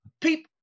people